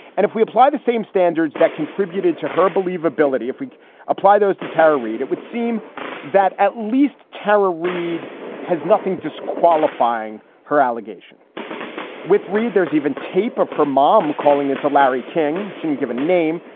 and if we apply the same standards that contributed to her believability, if we apply those to tara read, it would seem that at least tara reid has nothing disqualifying her allegation with reid. there's even tape of her mom calling in to larry king shouldn't give a name,